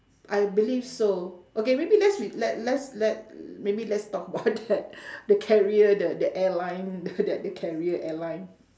I believe so okay maybe let's r~ let's let's let's maybe let's talk about that the carrier the the airline the that carrier airline